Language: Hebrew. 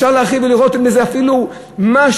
אפשר להרחיב ולראות מזה אפילו משהו,